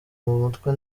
mutwe